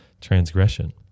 transgression